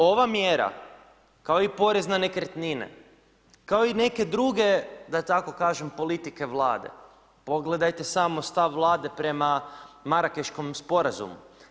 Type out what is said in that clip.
Ova mjera, kao i porez na nekretnine, kao i neke druge, da tako kažem, politike Vlade, pogledajte samo stav Vlade prema Marakeškom Sporazumu.